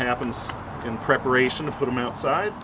happens in preparation to put them outside